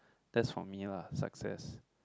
that's for me lah success